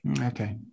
okay